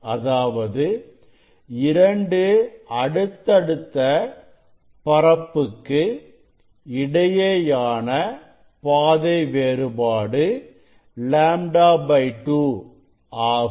அதாவது இரண்டு அடுத்தடுத்த பரப்புக்கு இடையேயான பாதை வேறுபாடு λ 2 ஆகும்